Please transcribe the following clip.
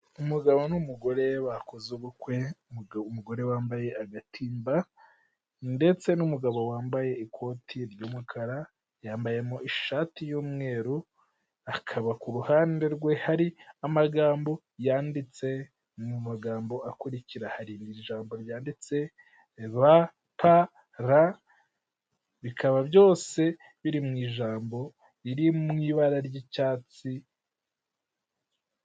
Umugabo n'umugore, bakoze ubukwe, umugore wambaye agatimba, ndetse n'umugabo wambaye ikoti ry'umukara, yambayemo ishati y'umweru, akaba ku ruhande rwe hari amagambo yanditse mu magambo akurikira; hari ijambo ryanditse ba pa ra bikaba byose biri mu ijambo riri mu ibara ry'icyatsi.